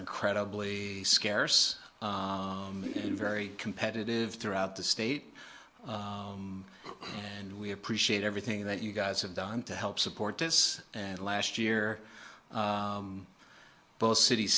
incredibly scarce very competitive throughout the state and we appreciate everything that you guys have done to help support this and last year both cit